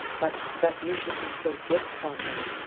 but that you should bestow gifts on them,